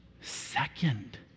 second